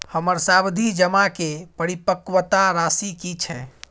हमर सावधि जमा के परिपक्वता राशि की छै?